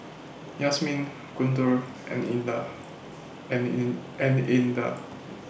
Yasmin Guntur and Indah and in and Indah